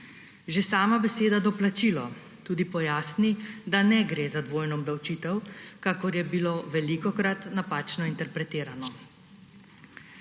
Že sama beseda doplačilo tudi pojasni, da ne gre za dvojno obdavčitev, kakor je bilo velikokrat napačno interpretirano.